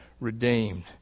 redeemed